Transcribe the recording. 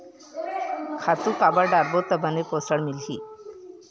खातु काबर डारबो त बने पोषण मिलही?